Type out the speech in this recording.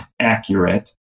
accurate